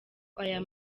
aya